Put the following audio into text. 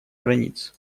границ